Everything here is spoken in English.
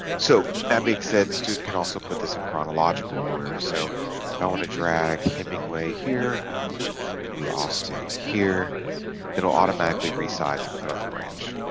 so that being said the student can also put this in chronological order so go on a drag hemingway here the austin here it'll automatically resize and put on the branch